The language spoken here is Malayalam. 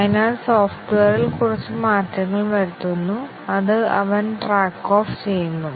അതിനാൽ സോഫ്റ്റ്വെയറിൽ കുറച്ച് മാറ്റങ്ങൾ വരുത്തുന്നു അത് അവൻ ട്രാക്ക് ഓഫ് ചെയ്യുന്നു